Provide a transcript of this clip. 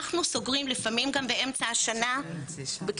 אנחנו סוגרים לפעמים גם באמצע השנה כי